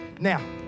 Now